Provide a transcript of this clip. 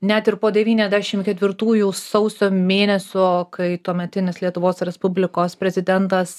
net ir po devyniasdešim ketvirtųjų sausio mėnesio kai tuometinis lietuvos respublikos prezidentas